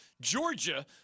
Georgia